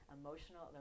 Emotional